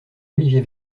olivier